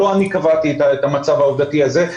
לא אני קבעתי את המצב העובדתי הזה.